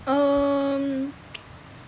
um